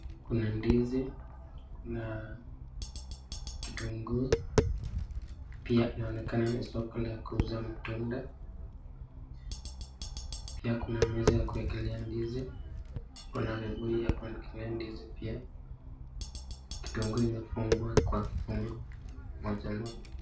Kuna ndizi, kuna kitunguu, pia inaonekana ni soko ya kuuza matunda pia kuna meza ya kuwekela ndizi kuna vibuyu vya kuwekelea ndizi pia kitunguu imefungwa kwa fungo moja moja.